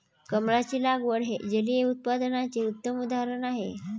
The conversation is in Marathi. कमळाची लागवड हे जलिय उत्पादनाचे उत्तम उदाहरण आहे